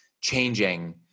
changing